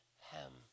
hem